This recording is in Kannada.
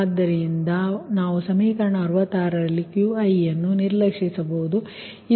ಆದ್ದರಿಂದ ನಾವು ಸಮೀಕರಣ 66 ರಲ್ಲಿ Qi ಅನ್ನು ನಿರ್ಲಕ್ಷಿಸಬಹುದು